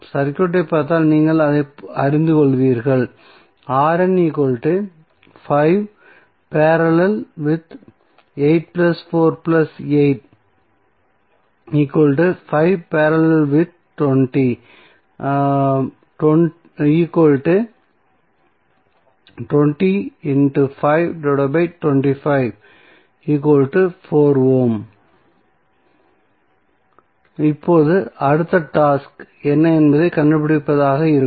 சர்க்யூட்டை பார்த்தால் நீங்கள் அதை அறிந்து கொள்வீர்கள் இப்போது அடுத்த டாஸ்க் என்ன என்பதைக் கண்டுபிடிப்பதாக இருக்கும்